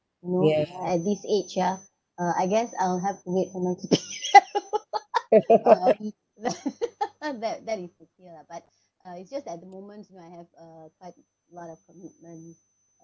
mm at this age yeah uh I guess I'll have wait for my C_P_F uh if uh bad then it's okay lah but uh it's just at the moment I have uh quite a lot of commitment